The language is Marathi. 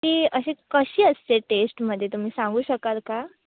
ती अशी कशी असते टेस्टमध्ये तुम्ही सांगू शकाल का